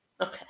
Okay